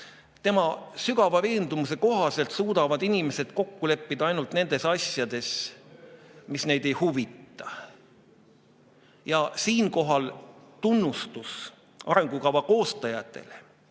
tema sügava veendumuse kohaselt suudavad inimesed kokku leppida ainult nendes asjades, mis neid ei huvita. Ja siinkohal tunnustus arengukava koostajatele.